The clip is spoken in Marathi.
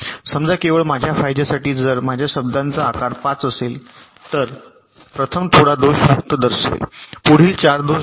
समजा केवळ माझ्या फायद्यासाठी जर माझ्या शब्दाचा आकार 5 असेल तर प्रथम थोडा दोष मुक्त दर्शवेल पुढील 4 हे दोष दाखवा